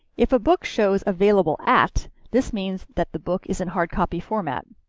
if a book shows available at, this means that the book is in hard copy format.